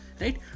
right